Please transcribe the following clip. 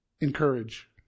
encourage